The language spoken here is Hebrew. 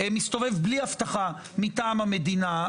מסתובב בלי אבטחה מטעם המדינה.